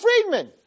Friedman